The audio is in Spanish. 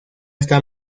está